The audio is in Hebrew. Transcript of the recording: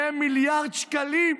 2 מיליארד שקלים,